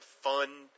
fun